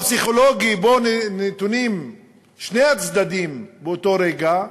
במצב הפסיכולוגי שבו נתונים שני הצדדים באותו רגע,